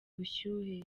bushyuhe